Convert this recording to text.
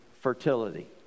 fertility